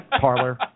parlor